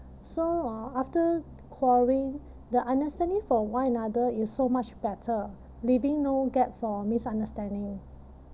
so uh after quarreling the understanding for one another is so much better leaving no gap for misunderstanding